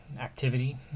activity